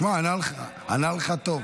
תשמע, הוא ענה לך, ענה לך טוב.